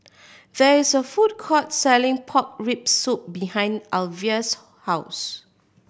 there is a food court selling pork rib soup behind Alvia's house